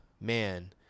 Man